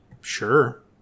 Sure